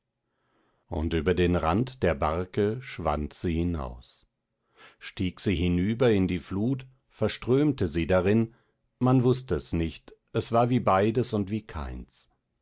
und über den rand der barke schwand sie hinaus stieg sie hinüber in die flut verströmte sie darin man wußt es nicht es war wie beides und wie keins